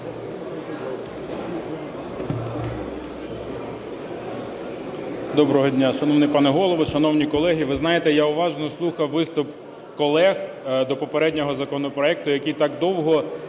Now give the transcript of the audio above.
Доброго дня! Шановний пане Голово, шановні колеги, ви знаєте, я уважно слухав виступ колег до попереднього законопроекту, які так довго